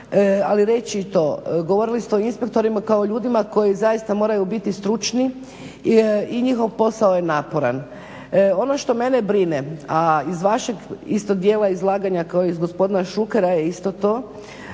ali reći i to, govorili ste o inspektorima kao ljudima koji zaista moraju biti stručni i njihov posao je naporan. Ono što mene brine, a iz vašeg isto dijela izlaganja kao i gospodina Šukera isto to,